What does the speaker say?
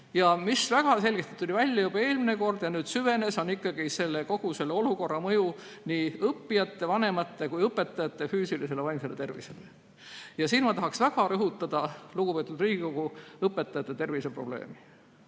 jne. Väga selgelt tuli see välja juba eelmine kord ja nüüd süvenes ikkagi kogu selle olukorra mõju nii õppijate, vanemate kui ka õpetajate füüsilisele ja vaimsele tervisele. Ma tahaksin väga rõhutada, lugupeetud Riigikogu, õpetajate tervise probleemi.